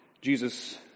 Jesus